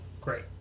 great